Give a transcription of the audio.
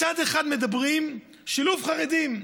מצד אחד מדברים על שילוב חרדים,